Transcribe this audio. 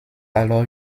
alors